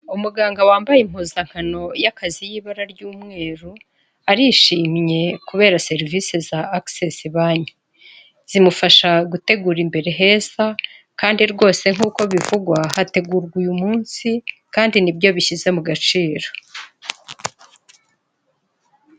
Umuganga wambaye impuzankano y'akazi y'ibara ry'umweru, arishimye kubera serivisi za agisesi banki. Zimufasha gutegura imbere heza, kandi rwose nk'uko bivugwa, hategurwa uyu munsi, kandi nibyo bishyize mu gaciro.